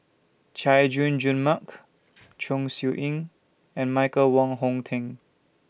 Chay Jung Jun Mark Chong Siew Ying and Michael Wong Hong Teng